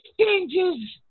changes